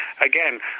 Again